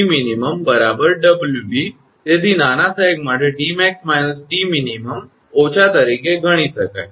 તેથી નાના સેગ માટે 𝑇𝑚𝑎𝑥 − 𝑇𝑚𝑖𝑛 ઓછા તરીકે ગણી શકાય